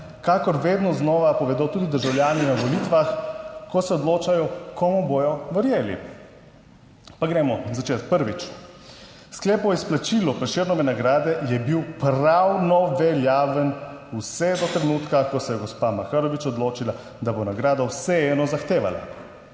kakor vedno znova povedo tudi državljani na volitvah, ko se odločajo, komu bodo verjeli. Pa gremo začeti. Prvič, sklep o izplačilu Prešernove nagrade je bil pravno veljaven vse do trenutka, ko se je gospa Makarovič odločila, da bo nagrado vseeno zahtevala.